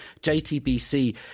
JTBC